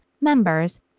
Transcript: members